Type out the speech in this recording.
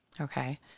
Okay